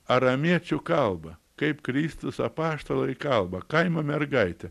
aramiečių kalbą kaip kristus apaštalai kalba kaimo mergaitė